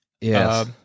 Yes